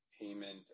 payment